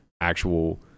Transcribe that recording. actual